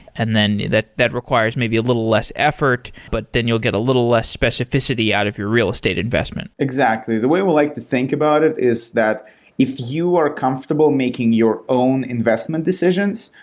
and then that that requires maybe a little less effort. but then you'll get a little less specificity out of your real estate investment. exactly. the way we like to think about it is that if you are comfortable making your own investment decisions,